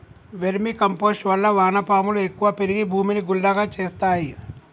vermi compost వల్ల వాన పాములు ఎక్కువ పెరిగి భూమిని గుల్లగా చేస్తాయి